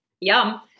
Yum